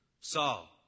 Saul